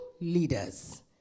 leaders